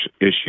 issue